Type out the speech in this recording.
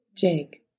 Jake